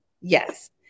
Yes